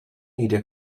media